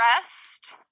rest